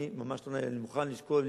אני ממש מוכן לשקול,